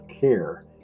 care